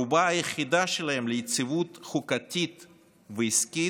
הערובה שלהם ליציבות חוקתית ועסקית,